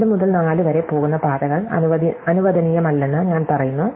2 മുതൽ 4 വരെ പോകുന്ന പാതകൾ അനുവദനീയമല്ലെന്ന് ഞാൻ പറയുന്നു